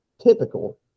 typical